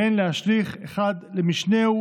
ואין להשליך מאחד על משנהו.